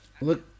Look